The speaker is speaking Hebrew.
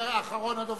אחרון הדוברים,